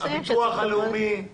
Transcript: הביטוח הלאומי הוא